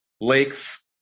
lakes